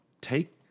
Take